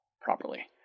properly